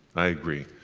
i agree.